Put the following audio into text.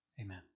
Amen